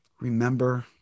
remember